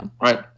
Right